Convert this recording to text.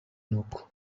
n’uko